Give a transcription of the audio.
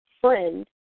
friend